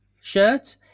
shirt